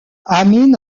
amin